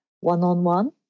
one-on-one